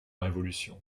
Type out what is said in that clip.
révolution